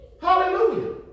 Hallelujah